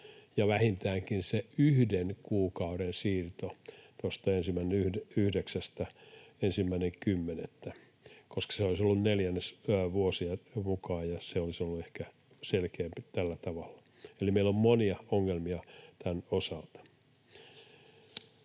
1.9. sijaan tulemaan voimaan 1.10., koska se olisi ollut neljännesvuosien mukaan, ja se olisi ollut ehkä selkeämpi tällä tavalla. Eli meillä on monia ongelmia tämän osalta.